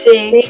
Six